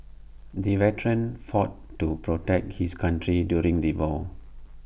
the veteran fought to protect his country during the war